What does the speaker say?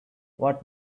what